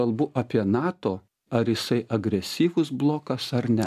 kalbu apie nato ar jisai agresyvus blokas ar ne